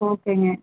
ஓகேங்க